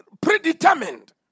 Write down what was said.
predetermined